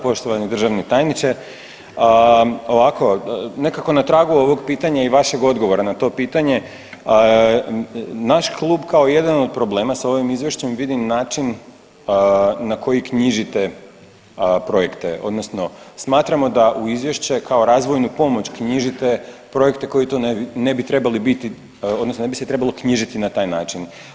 Poštovani državni tajniče, ovako nekako na tragu ovog pitanja i vaše odgovora na to pitanje naš klub kao jedan od problema s ovim izvješćem vidi način na koji knjižite projekte odnosno smatramo da u izvješće kao razvojnu pomoć knjižite projekte koji to ne bi trebali biti odnosno ne bi se trebalo knjižiti na taj način.